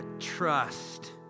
trust